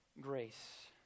grace